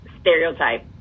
Stereotype